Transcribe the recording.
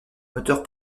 moteurs